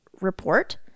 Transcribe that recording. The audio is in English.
report